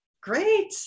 Great